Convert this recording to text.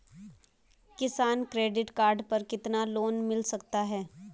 किसान credit card पर कितना लोंन मिल सकता है?